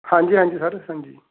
ਹਾਂਜੀ ਹਾਂਜੀ ਸਰ ਹਾਂਜੀ